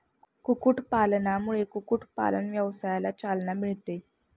कुक्कुटपालनामुळे कुक्कुटपालन व्यवसायाला चालना मिळते